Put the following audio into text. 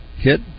hit